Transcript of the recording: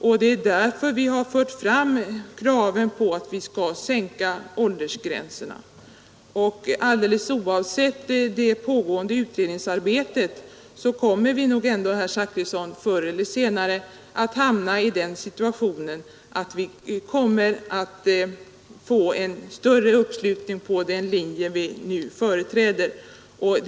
Vi har därför fört fram kravet på en sänkning av åldersgränserna. Alldeles oavsett det pågående utredningsarbgtet kommer vi nog ändå, herr Zachrisson, förr eller senare att hamna i den situationen att vi vinner en allmän uppslutning kring den linje vi företräder om reservationerna inte skulle biträdas i dag.